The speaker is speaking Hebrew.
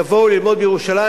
יבואו ללמוד בירושלים,